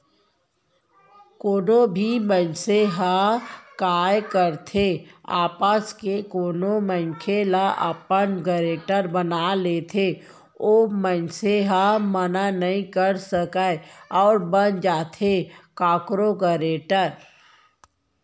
कोनो भी मनसे ह काय करथे आपस के कोनो मनखे ल अपन गारेंटर बना लेथे ओ मनसे ह मना नइ कर सकय अउ बन जाथे कखरो गारेंटर